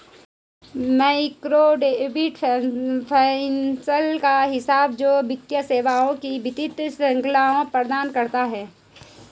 microcredit finance का हिस्सा है, जो वित्तीय सेवाओं की विस्तृत श्रृंखला प्रदान करता है